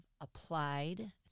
applied